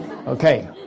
Okay